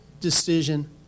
decision